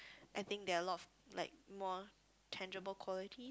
I think there are a lot of like more tangible quality